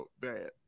bad